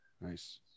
Nice